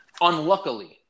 Unluckily